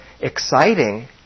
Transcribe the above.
exciting